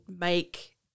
make